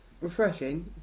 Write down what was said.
Refreshing